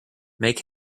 make